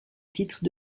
titre